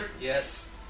Yes